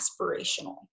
aspirational